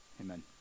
Amen